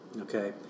okay